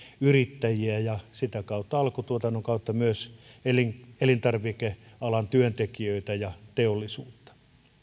yrittäjiä ja alkutuotannon kautta myös elintarvikealan työntekijöitä ja teollisuutta